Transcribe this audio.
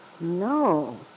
No